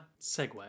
segue